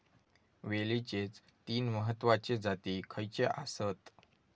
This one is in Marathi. वेलचीचे तीन महत्वाचे जाती खयचे आसत?